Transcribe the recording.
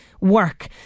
work